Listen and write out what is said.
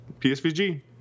PSVG